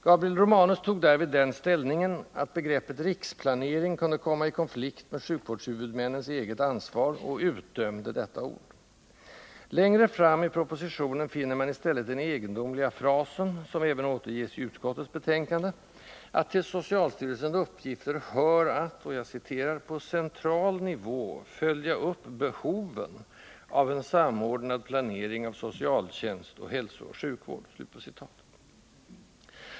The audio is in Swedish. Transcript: Gabriel Romanus tog därvid den ställningen att begreppet ”riksplanering” kunde komma i konflikt med sjukvårdshuvudmännens eget ansvar och utdömde detta ord. Längre fram i propositionen finner man i stället den egendomliga frasen — som även återges i utskottets betänkande =— att till socialstyrelsens uppgifter hör att ”på central nivå följa upp behoven av en samordnad planering av socialtjänst och hälsooch sjukvård”.